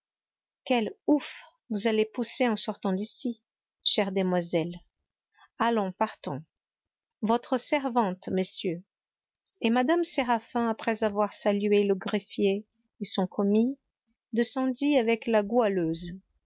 quel ouf vous allez pousser en sortant d'ici chère demoiselle allons partons votre servante messieurs et mme séraphin après avoir salué le greffier et son commis descendit avec la goualeuse